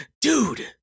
dude